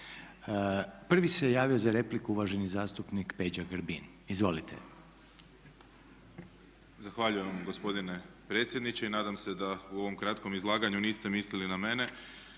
Prvi se javio za repliku uvaženi zastupnik Peđa Grbin. Izvolite. **Grbin, Peđa (SDP)** Zahvaljujem vam gospodine predsjedniče i nadam se da u ovom kratkom izlaganju niste mislili na mene,